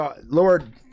Lord